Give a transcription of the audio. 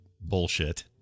bullshit